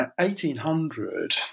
1800